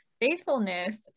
Faithfulness